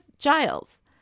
Giles